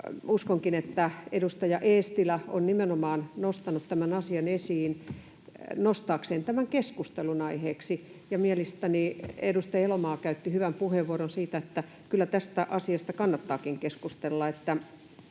uskonkin, että edustaja Eestilä on nostanut tämän asian esiin nimenomaan nostaakseen tämän keskustelunaiheeksi. Ja mielestäni edustaja Elomaa käytti hyvän puheenvuoron siitä, että kyllä tästä asiasta kannattaakin keskustella.